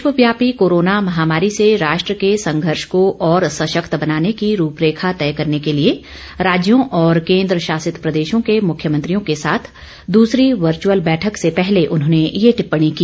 विश्व व्यापी कोरोना महामारी से राष्ट्र के संघर्ष को और सशक्त बनाने की रूपरेखा तय करने के लिए राज्यों और केन्द्रशासित प्रदेशों के मुख्यमंत्रियों के साथ दूसरी वर्चुअल बैठक से पहले उन्होंने यह टिप्पणी की